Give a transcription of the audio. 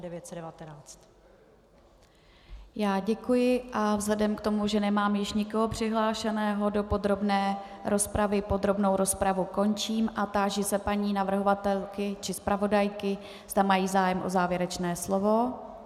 Já děkuji a vzhledem k tomu, že nemám již nikoho přihlášeného do podrobné rozpravy, podrobnou rozpravu končím a táži se paní navrhovatelky či zpravodajky, zda mají zájem o závěrečné slovo.